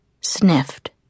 sniffed